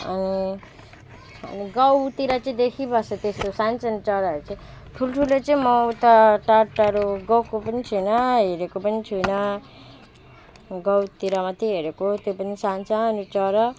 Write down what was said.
अनि अनि गाउँतिर चाहिँ देखिबस्छ त्यो सानसानो चराहरू चाहिँ ठुल्ठुलो चाहिँ म उता टाढटाढो गएको पनि छुइनँ हेरेको पनि छुइनँ गाउँतिर मात्रै हेरेको त्यो पनि सानसानो चरा